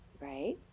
Right